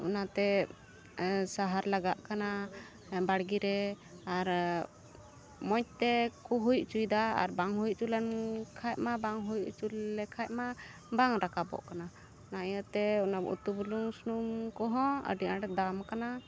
ᱚᱱᱟᱛᱮ ᱥᱟᱸᱦᱟᱨ ᱞᱟᱜᱟᱜ ᱠᱟᱱᱟ ᱵᱟᱲᱜᱤᱨᱮ ᱟᱨ ᱢᱚᱡᱽ ᱛᱮᱠᱚ ᱦᱩᱭᱩᱪᱚᱭᱫᱟ ᱟᱨ ᱵᱟᱝ ᱦᱩᱭᱞᱮᱱ ᱠᱷᱟᱡ ᱢᱟ ᱵᱟᱝ ᱦᱩᱭᱪᱚ ᱞᱮᱠᱷᱟᱡ ᱢᱟ ᱵᱟᱝ ᱨᱟᱠᱟᱯᱚᱜ ᱠᱟᱱᱟ ᱚᱱᱟ ᱤᱭᱟᱹᱛᱮ ᱚᱱᱟ ᱩᱛᱩ ᱵᱩᱞᱩᱝ ᱥᱩᱱᱩᱢᱠᱚ ᱦᱚᱸ ᱟᱹᱰᱤᱟᱴ ᱫᱟᱢ ᱟᱠᱟᱱᱟ